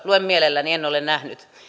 luen mielelläni en ole niitä nähnyt